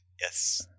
Yes